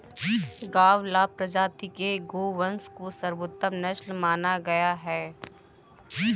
गावलाव प्रजाति के गोवंश को सर्वोत्तम नस्ल माना गया है